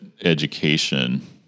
education—